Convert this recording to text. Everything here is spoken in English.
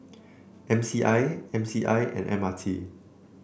M C I M C I and M R T